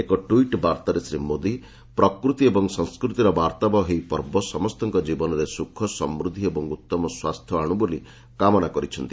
ଏକ ଟ୍ୱିଟ୍ ବାର୍ତ୍ତାରେ ଶ୍ରୀ ମୋଦି ପ୍ରକୃତି ଓ ସଂସ୍କୃତିର ବାର୍ତ୍ତାବହ ଏହି ପର୍ବ ସମସ୍ତଙ୍କ ଜୀବନରେ ସୁଖ ସମୃଦ୍ଧି ଏବଂ ଉତ୍ତମ ସ୍ୱାସ୍ଥ୍ୟ ଆଣୁ ବୋଲି କାମନା କରିଛନ୍ତି